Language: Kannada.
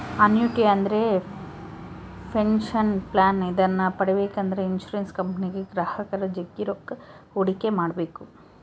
ಅನ್ಯೂಟಿ ಅಂದ್ರೆ ಪೆನಷನ್ ಪ್ಲಾನ್ ಇದನ್ನ ಪಡೆಬೇಕೆಂದ್ರ ಇನ್ಶುರೆನ್ಸ್ ಕಂಪನಿಗೆ ಗ್ರಾಹಕರು ಜಗ್ಗಿ ರೊಕ್ಕ ಹೂಡಿಕೆ ಮಾಡ್ಬೇಕು